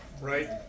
right